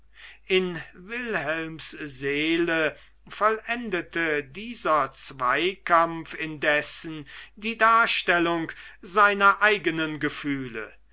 in wilhelms seele vollendete indessen dieser zweikampf die darstellung seiner eigenen gefühle